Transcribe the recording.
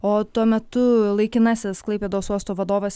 o tuo metu laikinasis klaipėdos uosto vadovas